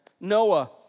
Noah